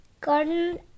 garden